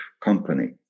company